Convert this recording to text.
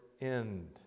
end